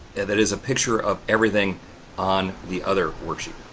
that is a picture of everything on the other worksheet.